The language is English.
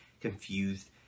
confused